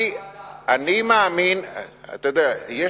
אני מזמין אותך לוועדה.